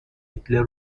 هیتلر